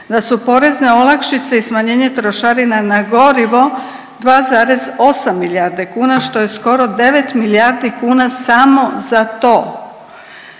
da su porezne olakšice i smanjenje trošarina na gorivo 2,8 milijardi kuna što je skoro 9 milijardi kuna samo za to.